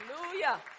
Hallelujah